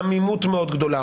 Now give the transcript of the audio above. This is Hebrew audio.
עמימות מאוד גדולה,